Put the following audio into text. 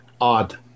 odd